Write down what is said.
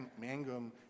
Mangum